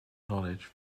knowledge